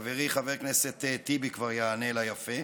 חברי חבר הכנסת טיבי כבר יענה לה יפה.